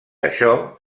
això